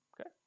Okay